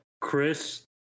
Chris